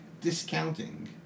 discounting